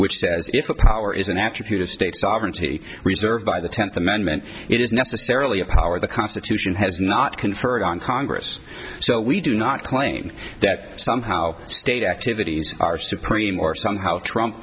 which says if a power is an attribute of state sovereignty reserved by the tenth amendment it is necessarily a power the constitution has not conferred on congress so we do not claim that somehow state activities are supreme or somehow trump